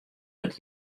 dat